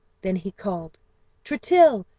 then he called tritill,